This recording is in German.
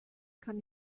kann